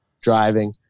driving